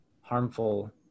harmful